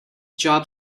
job